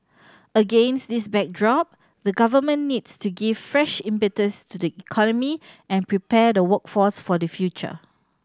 against this backdrop the Government needs to give fresh impetus to the economy and prepare the workforce for the future